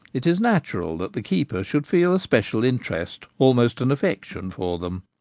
it is natural that the keeper should feel a special interest, almost an affection for them.